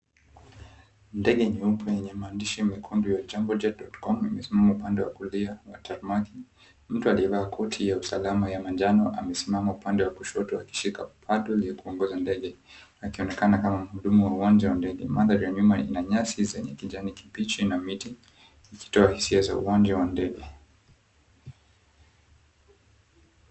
Ndege nyeupe yenye maandishi mekundu ya, Jambojet.com, imesimama upande wa kulia wa tarmaki . Mtu aliyevaa koti ya usalama ya manjano amesimama upande wa kushoto akishika paddle ya kuongoza ndege, akionekana kama mhudumu wa uwanja wa ndege. Mandhari ya nyuma ina nyasi zenye kijani kibichi na miti, ikitoa hisia za uwanja wa ndege.